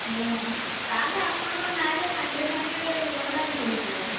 ନେଇନାହାନ୍ତି ନା ତାହାଲେ ଅପଣଙ୍କ ନାଁରେ ସାଙ୍ଗେ ସାଙ୍ଗେ ଋଣଟା ହୋଇଯିବ